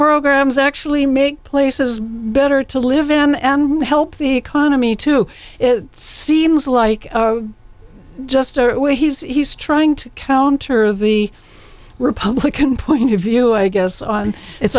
programs actually make places better to live and help the economy to it seems like just a way he's trying to counter the republican point of view i guess on it